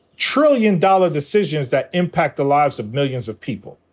trillion dollar decisions that impact the lives of millions of people,